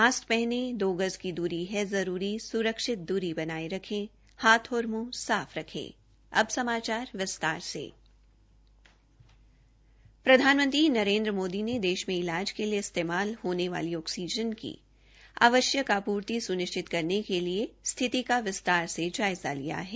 mask पहनें दो गज दूरी है जरूरी सुरक्षित दूरी बनाये रखें हाथ और मुंह साफ रखें प्रधानमंत्री नरेन्द्र मोदी ने देश में इलाज के लिए इस्तेमाल होने वाली ऑक्सीजन की आवश्यक आपूर्ति सुनिश्चित करने के लिए स्थिति का विस्तार से जायज़ा लिया है